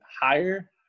higher